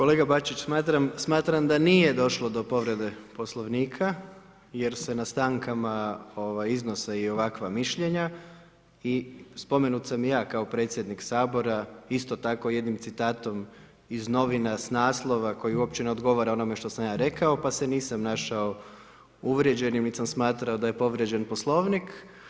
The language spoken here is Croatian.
Kolega Bačić, smatram da nije došlo do povrede Poslovnika jer se na stankama iznose i ovakva mišljenja i spomenut sam i ja kao predsjednik Sabora isto tako jednim citatom iz novina, s naslova koji uopće ne odgovara onome što sam ja rekao, pa se nisam našao uvrijeđenim već sam smatramo da je povrijeđen Poslovnik.